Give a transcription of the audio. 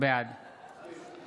בעד